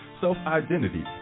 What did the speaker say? self-identity